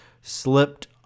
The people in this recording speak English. slipped